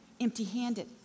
empty-handed